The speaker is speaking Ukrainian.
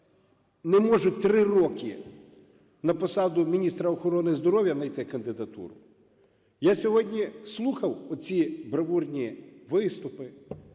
не можуть 3 роки на посаду міністра охорони здоров'я найти кандидатуру? Я сьогодні слухав оці бравурні виступи,